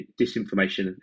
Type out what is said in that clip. disinformation